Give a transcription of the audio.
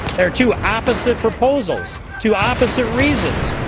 there are two opposite proposals, two opposite reasons.